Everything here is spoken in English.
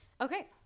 Okay